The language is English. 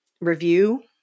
review